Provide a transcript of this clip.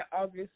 August